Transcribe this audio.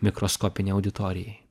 mikroskopinei auditorijai